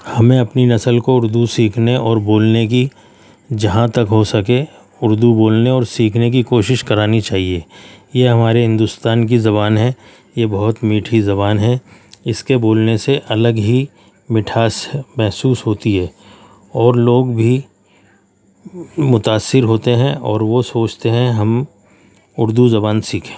ہمیں اپنی نسل کو اردو سیکھنے اور بولنے کی جہاں تک ہو سکے اردو بولنے اور سیکھنے کی کوشش کرانی چاہیے یہ ہمارے ہندوستان کی زبان ہے یہ بہت میٹھی زبان ہے اس کے بولنے سے الگ ہی مٹھاس محسوس ہوتی ہے اور لوگ بھی متاثر ہوتے ہیں اور وہ سوچتے ہیں ہم اردو زبان سیکھیں